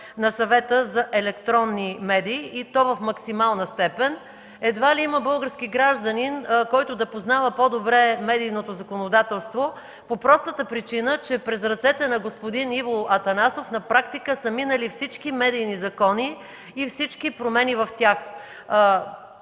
на Съвета за електронни медии, и то в максимална степен. Едва ли има български гражданин, който да познава по-добре медийното законодателство по простата причина, че през ръцете на господин Иво Атанасов на практика са минали всички медийни закони и всички промени в тях.